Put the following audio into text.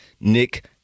Nick